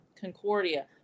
Concordia